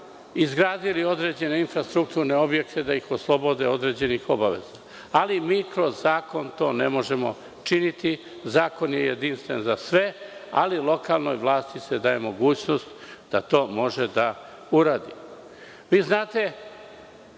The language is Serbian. izgradili određene infrastrukturne objekte, da ih oslobode određenih obaveza, ali mi kroz zakon to ne možemo činiti, zakon je jedinstven za sve, ali lokalnoj vlasti se daje mogućnost da to može da uradi. Vi